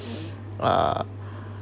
uh